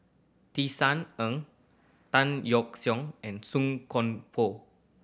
Tisa Ng Tan Yeok Seong and Song Koon Poh